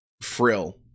Frill